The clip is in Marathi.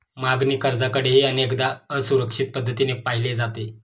मागणी कर्जाकडेही अनेकदा असुरक्षित पद्धतीने पाहिले जाते